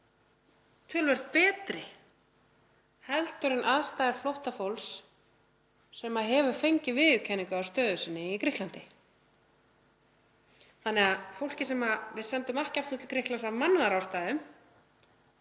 töluvert betri en aðstæður flóttafólks sem hefur fengið viðurkenningu á stöðu sinni í Grikklandi þannig að fólkið sem við sendum ekki aftur til Grikklands af mannúðarástæðum